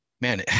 Man